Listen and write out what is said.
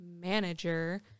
manager